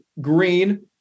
green